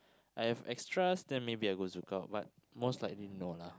I have extras then maybe I go ZoukOut but most likely no lah